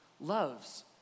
loves